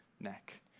neck